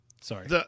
sorry